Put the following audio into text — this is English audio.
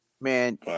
Man